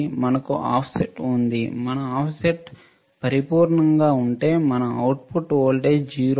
మనకు ఆఫ్సెట్ ఉంది మన ఆఫ్సెట్ పరిపూర్ణంగా ఉంటే మన అవుట్పుట్ వోల్టేజ్ 0 ఉంటుంది